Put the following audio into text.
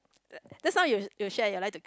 like just now you you shared your life to